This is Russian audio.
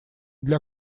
для